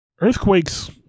earthquakes